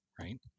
right